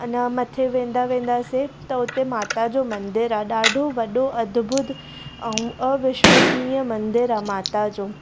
अञा मथे वेंदा वेंदासीं त हुते माता जो मंदर आहे ॾाढो वॾो अद्भुद ऐं अविश्वसनीय मंदर आहे माता जो